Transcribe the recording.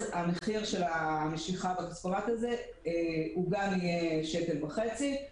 אז המחיר של המשיכה בכספומט הזה גם יהיה 1.50 שקל.